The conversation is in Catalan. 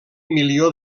milió